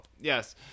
yes